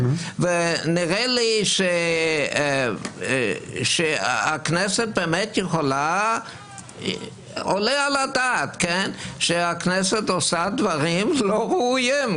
ונראה לי שעולה על הדעת שהכנסת עושה דברים לא ראויים,